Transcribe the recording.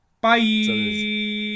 bye